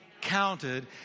counted